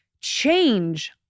change